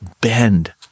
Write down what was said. bend